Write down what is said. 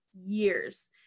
years